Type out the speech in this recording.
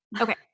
Okay